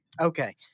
Okay